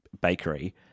bakery